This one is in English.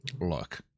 look